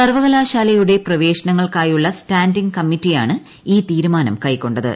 സർവകലാശാലയുടെ പ്രവേശനങ്ങൾക്കായുള്ള സ്റ്റാന്റിംഗ് കമ്മിറ്റിയാണ് ഈ തീരുമാനം കൈക്കൊണ്ടത്